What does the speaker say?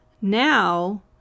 now